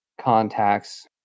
contacts